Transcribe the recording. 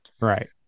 Right